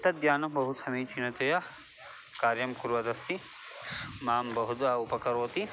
तद्यानं बहु समीचीनतया कार्यं कुर्वदस्ति मां बहुधा उपकरोति